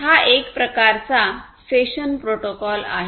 हा एक प्रकारचा सेशन प्रोटोकॉल आहे